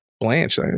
Blanche